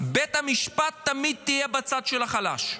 בית המשפט תמיד יהיה בצד של החלש.